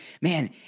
man